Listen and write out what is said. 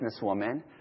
businesswoman